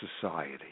society